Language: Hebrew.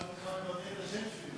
לפחות --- לבטא את השם שלי.